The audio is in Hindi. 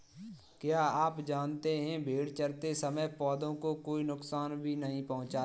क्या आप जानते है भेड़ चरते समय पौधों को कोई नुकसान भी नहीं पहुँचाती